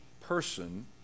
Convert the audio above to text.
person